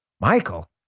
Michael